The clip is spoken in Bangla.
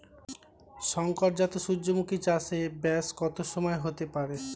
শংকর জাত সূর্যমুখী চাসে ব্যাস কত সময় হতে পারে?